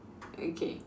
okay